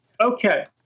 Okay